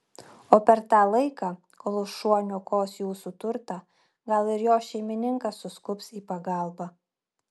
o per tą laiką kol šuo niokos jūsų turtą gal ir jo šeimininkas suskubs į pagalbą